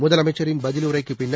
முதலமைச்சரின் பதிலுரைக்குப் பின்னர்